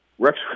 Rex